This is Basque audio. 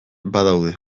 badaude